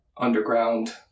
underground